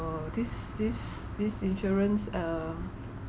uh this this this insurance err